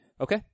Okay